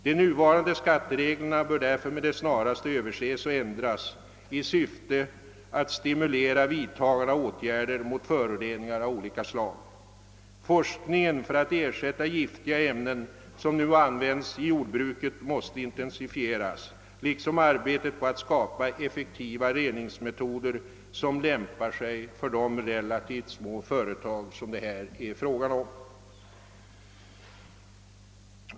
De nuvarande skattereglerna bör därför med det snaraste överses och ändras i syfte att stimulera vidtagande av åtgärder mot föroreningar av olika slag. Forskningen för att ersätta giftiga ämnen som nu används i jordbruket måste intensifieras liksom arbetet på att skapa effektiva reningsmetoder, som lämpar sig för de relativt små företag som det här är fråga om.